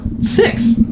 six